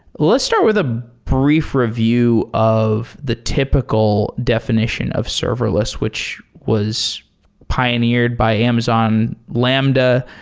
let's start with the brief review of the typical definition of serverless, which was pioneered by amazon lambda.